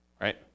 Right